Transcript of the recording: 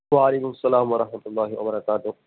و علیکم السلام و رحمۃ اللہ و برکاتہ